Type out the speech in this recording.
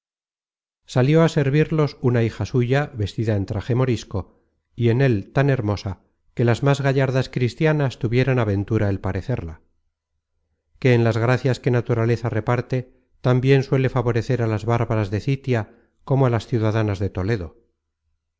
salió a servirlos una hija suya vestida en traje morisco y en él tan hermosa que las más gallardas cristianas tuvieran á ventura el parecerla que en las gracias que naturaleza reparte tan bien suele favorecer á las bárbaras de citia como a las ciudadanas de toledo